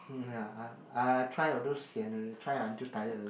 mm ya I I I try until sian already try until tired already